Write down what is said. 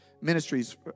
Ministries